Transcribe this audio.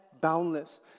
boundless